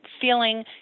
feeling